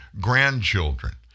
grandchildren